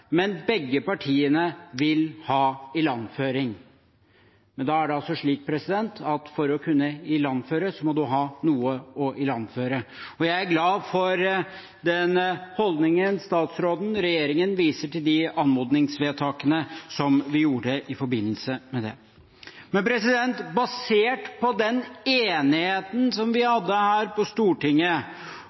men begge partiene vil ha ilandføring. Det er altså slik at for å kunne ilandføre må man ha noe å ilandføre. Jeg er glad for den holdningen statsråden og regjeringen viser til de anmodningsvedtakene som vi gjorde i forbindelse med det. Basert på den enigheten som vi hadde her på Stortinget